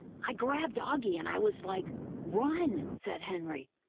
i grabbed auggie and i was like, run! said henry.